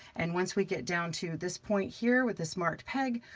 and once we get down to this point here with this marked peg,